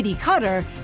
Cutter